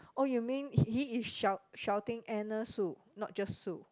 oh you mean he is shout shouting Anna Sue not just Sue